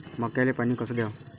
मक्याले पानी कस द्याव?